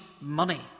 money